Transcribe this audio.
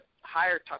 higher